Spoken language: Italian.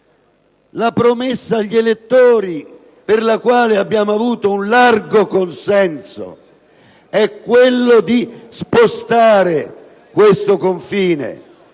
promessa agli elettori per la quale abbiamo avuto un largo consenso, è quello di spostare questo confine: